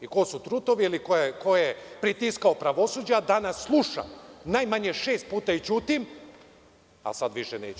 i ko su trutovi ili ko je pritiskao pravosuđe, a danas slušam najmanje šest puta i ćutim, a sada više neću.